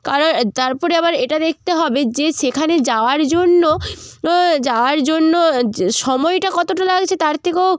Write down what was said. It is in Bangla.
কারণ তার পরে আবার এটা দেখতে হবে যে সেখানে যাওয়ার জন্য ও যাওয়ার জন্য য্ সময়টা কতটা লাগছে তার থেকেও